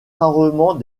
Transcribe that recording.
rarement